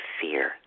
fear